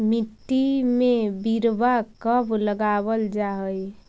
मिट्टी में बिरवा कब लगावल जा हई?